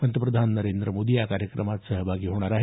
पंतप्रधान नरेंद्र मोदी या कार्यक्रमात सहभागी होणार आहेत